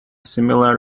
similar